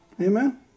Amen